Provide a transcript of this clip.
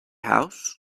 house